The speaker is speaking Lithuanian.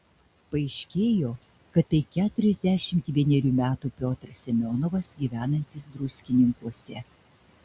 paaiškėjo kad tai keturiasdešimt vienerių metų piotras semionovas gyvenantis druskininkuose